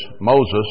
Moses